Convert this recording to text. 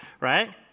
right